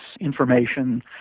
information